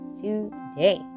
today